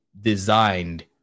designed